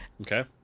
Okay